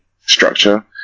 structure